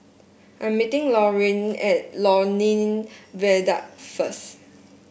I'm meeting Laureen at Lornie Viaduct first